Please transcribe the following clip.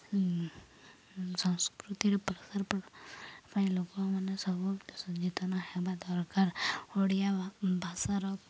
ସଂସ୍କୃତିରେ ପ୍ରସାର ପାଇଁ ଲୋକମାନେ ସବୁ ସଚେତନ ହେବା ଦରକାର ଓଡ଼ିଆ ଭାଷାର